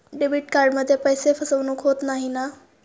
Debit कार्डमध्ये पैसे फसवणूक होत नाही ना?